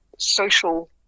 social